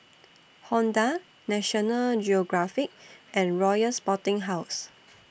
Honda National Geographic and Royal Sporting House